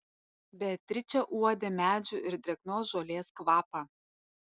beatričė uodė medžių ir drėgnos žolės kvapą